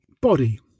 body